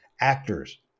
actors